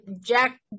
Jack